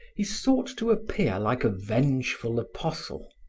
he sought to appear like a vengeful apostle,